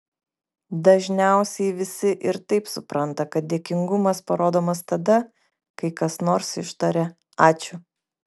dažniausiai visi ir taip supranta kad dėkingumas parodomas tada kai kas nors ištaria ačiū